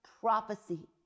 prophecy